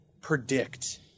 predict